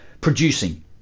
producing